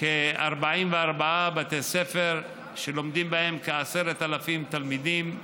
כ-44 בתי ספר שלומדים בהם כ-10,000 תלמידים.